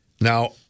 Now